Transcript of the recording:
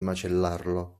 macellarlo